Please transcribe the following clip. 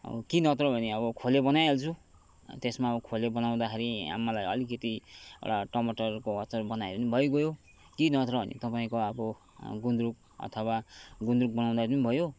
कि नत्र भने अब खोले बनाइहाल्छु त्यसमा अब खोले बनाउँदाखेरि मलाई अलिकति एउटा टमाटरको अचार बनायो भने पनि भइगयो कि नत्र भने तपाईँको अब गुन्द्रुक अथवा गुन्द्रुक बनाउँदा पनि भयो